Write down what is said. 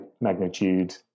magnitude